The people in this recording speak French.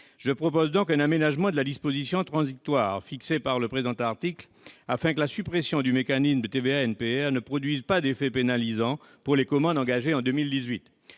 Je propose donc un aménagement de la disposition transitoire définie par le présent article, afin que la suppression du mécanisme de la TVA NPR ne produise pas d'effet pénalisant pour les commandes engagées en 2018.